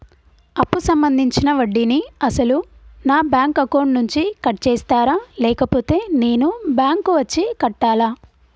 అప్పు సంబంధించిన వడ్డీని అసలు నా బ్యాంక్ అకౌంట్ నుంచి కట్ చేస్తారా లేకపోతే నేను బ్యాంకు వచ్చి కట్టాలా?